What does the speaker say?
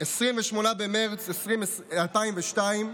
28 במרץ 2002,